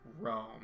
rome